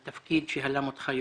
היה תענוג לעבוד אתך.